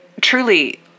truly